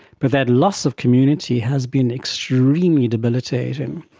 but that loss of community has been extremely debilitating.